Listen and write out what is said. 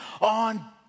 on